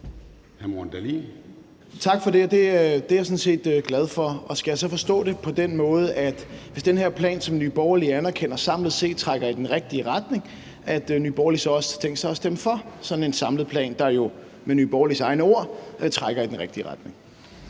Tak for det. Det er jeg sådan set glad for. Skal jeg så forstå det på den måde, at hvis den her plan, som Nye Borgerlige anerkender, samlet set trækker i den rigtige retning, har Nye Borgerlige også tænkt sig at stemme for sådan en samlet plan, der jo med Nye Borgerliges egne ord trækker i den rigtige retning?